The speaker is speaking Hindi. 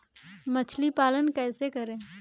मछली पालन कैसे करें?